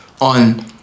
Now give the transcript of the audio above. on